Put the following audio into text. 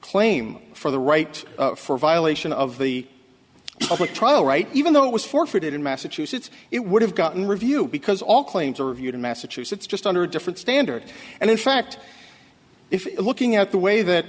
claim for the right for violation of the public trial right even though it was forfeited in massachusetts it would have gotten review because all claims are reviewed in massachusetts just under a different standard and in fact if looking at the way that